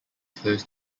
close